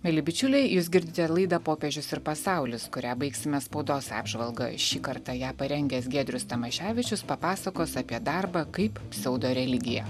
mieli bičiuliai jūs girdite laidą popiežius ir pasaulis kurią baigsime spaudos apžvalga šį kartą ją parengęs giedrius tamaševičius papasakos apie darbą kaip pseudo religiją